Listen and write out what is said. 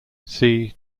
see